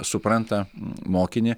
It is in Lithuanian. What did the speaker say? supranta mokinį